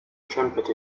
trumpet